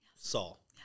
Saul